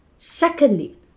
Secondly